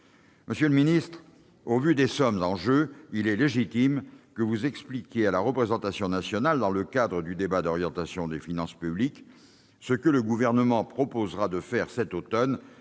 Monsieur le ministre, au vu des sommes en jeu, il est légitime que vous expliquiez à la représentation nationale dans le cadre du débat d'orientation des finances publiques ce que le Gouvernement proposera de faire cet automne